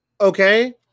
okay